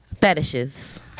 fetishes